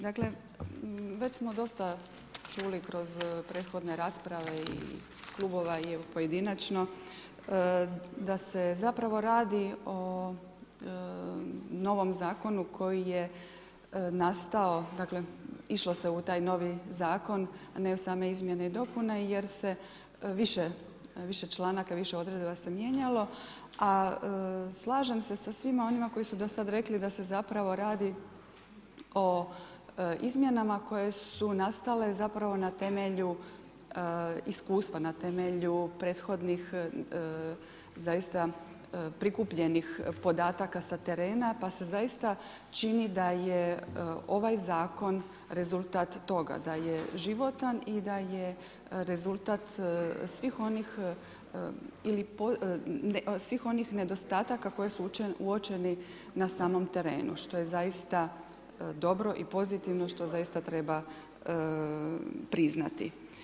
Dakle, već smo dosta čuli kroz prethodne rasprave i klubova i pojedinačno da se zapravo radi o novom zakonu koji je nastao dakle, išlo se u taj novi zakon, a ne u same izmjene i dopune jer se više članaka, više odredaba se mijenjalo, a slažem se sa svima onima koji su dosad rekli da se zapravo radi o izmjenama koje su nastale zapravo na temelju iskustva, na temelju prethodnih zaista prikupljenih podataka sa terena, pa se zaista čini da je ovaj Zakon rezultat toga, da je životan i da je rezultat svih onih nedostataka koji su uočeni na samom terenu, što je zaista dobro i pozitivno i što zaista treba priznati.